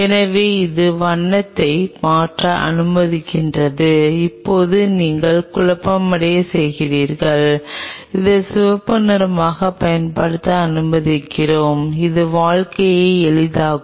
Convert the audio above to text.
எனவே இது வண்ணத்தை மாற்ற அனுமதிக்கிறேன் இப்போது நீங்கள் குழப்பமடையச் செய்கிறேன் அதை சிவப்பு நிறமாகப் பயன்படுத்த அனுமதிக்கிறேன் இது வாழ்க்கையை எளிதாக்கும்